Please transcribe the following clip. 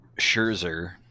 Scherzer